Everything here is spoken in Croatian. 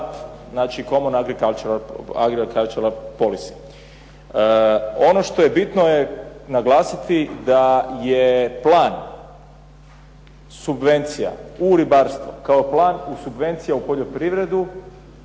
znači Common agricultural policy. Ono što je bitno je naglasiti da je plan subvencija u ribarstvu kao plan subvencija u poljoprivredu